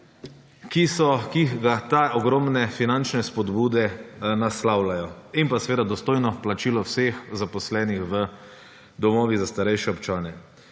ki ga te ogromne finančne spodbude naslavljajo. In pa seveda dostojno plačilo vseh zaposlenih v domovih za starejše občane.